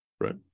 right